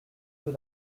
peu